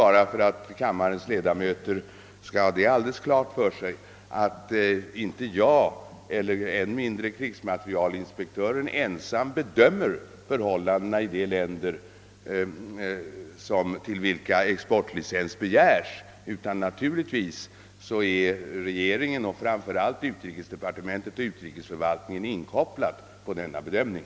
Jag vill för att kammarens ledamöter skall få detta fullt klart för sig erinra om att varken jag eller än mindre krigsmaterielinspektören ensamma bedömer förhållandena i de länder, till vilka exportlicens begärs. Naturligtvis är regeringen och framför allt utrikesdepartementet och utrikesförvaltningen inkopplade på denna bedömning.